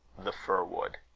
the fir-wood.